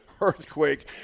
Earthquake